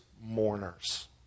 mourners